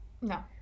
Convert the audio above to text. No